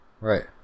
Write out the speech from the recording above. right